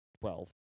Twelve